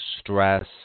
stress